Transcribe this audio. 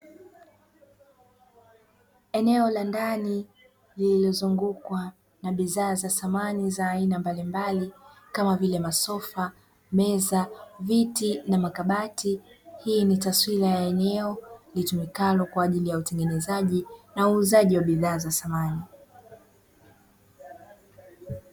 Eneo la ndani lililozungukwa na bidhaa za samani za aina mbalimbali, kama vile: masofa, meza, viti na makabati. Hii ni taswira ya eneo litumikalo kwa ajili ya utengenezaji na uuzaji wa bidhaa za samani.